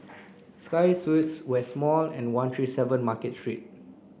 Sky Suites West Mall and one three seven Market Street